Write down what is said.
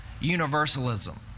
universalism